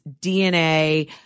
DNA